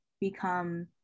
become